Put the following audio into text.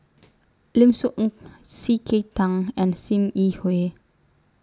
Lim Soo Ngee C K Tang and SIM Yi Hui